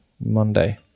Monday